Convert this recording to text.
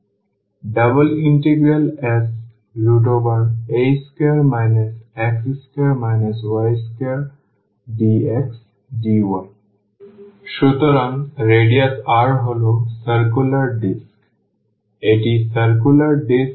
Sa2 x2 y2dxdy সুতরাং radius R হল circular disk